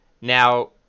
Now